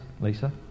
Lisa